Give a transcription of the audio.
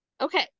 Okay